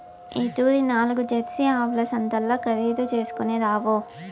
ఈ తూరి నాల్గు జెర్సీ ఆవుల సంతల్ల ఖరీదు చేస్కొని రాపో